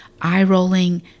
eye-rolling